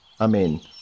Amen